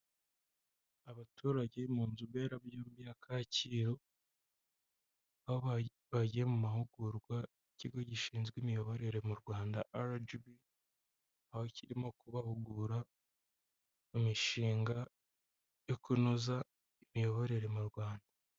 Abaturage mu nzu mbera byombi ya Kacyiru aho bagiye mu mahugurwa y'ikigo gishinzwe imiyoborere mu Rwanda RGB aho kirimo kubahugura mu mishinga yo kunoza imiyoborere mu Rwanda.